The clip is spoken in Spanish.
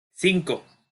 cinco